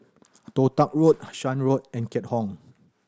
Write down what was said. Toh Tuck Road Shan Road and Keat Hong